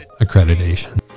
accreditation